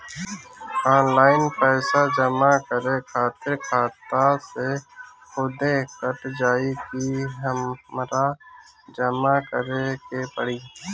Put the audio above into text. Online पैसा जमा करे खातिर खाता से खुदे कट जाई कि हमरा जमा करें के पड़ी?